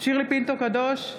שירלי פינטו קדוש,